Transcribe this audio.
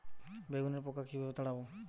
বেগুনের পোকা কিভাবে তাড়াব?